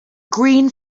green